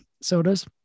sodas